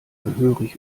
gehörig